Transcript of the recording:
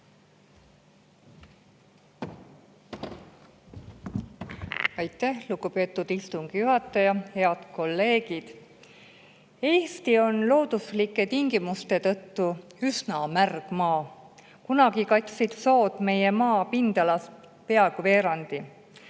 Aitäh, lugupeetud istungi juhataja! Head kolleegid! Eesti on looduslike tingimuste tõttu üsna märg maa. Kunagi katsid sood meie maa pindalast peaaegu veerandi.